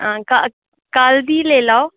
हां कल्ल कल्ल दी लेई लैओ